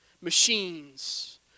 machines